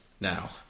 now